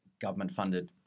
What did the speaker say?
government-funded